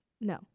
No